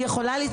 היא יכולה לצפות.